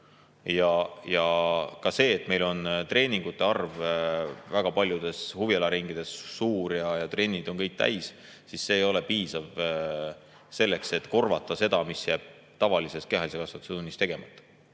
Ja ka see, et meil on treeningute arv väga paljudes huvialaringides suur ja trennid on kõik täis, ei ole piisav selleks, et korvata seda, mis jääb tavalises kehalise kasvatuse tunnis tegemata. Ehk